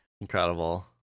Incredible